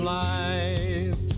life